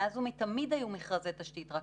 מאז ומתמיד היו מכרזי תשתית, רק